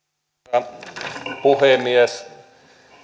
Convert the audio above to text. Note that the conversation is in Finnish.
arvoisa puhemies